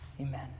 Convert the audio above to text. Amen